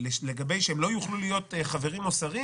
שהם לא יוכלו להיות חברים או שרים